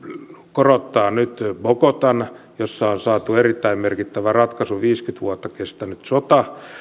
korottaa nyt bogotan missä on saatu erittäin merkittävä ratkaisu viisikymmentä vuotta kestänyt sota